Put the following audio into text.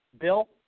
Bill